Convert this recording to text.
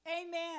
Amen